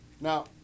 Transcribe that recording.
Now